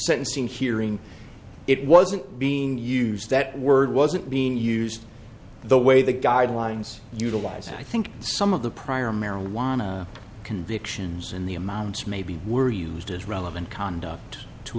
sentencing hearing it wasn't being used that word wasn't being used the way the guidelines utilized i think some of the prior marijuana convictions in the amounts maybe were used as relevant conduct to